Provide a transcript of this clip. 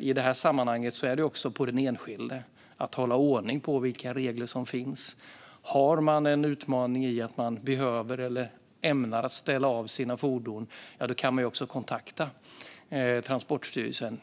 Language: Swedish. I det här sammanhanget ligger det också på den enskilde att hålla ordning på vilka regler som finns. Har man en utmaning i att man behöver eller ämnar ställa av sina fordon kan man också kontakta Transportstyrelsen.